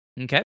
okay